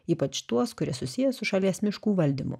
ypač tuos kurie susiję su šalies miškų valdymu